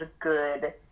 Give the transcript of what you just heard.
good